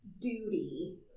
duty